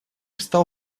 стал